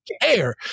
care